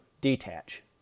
detach